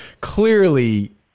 clearly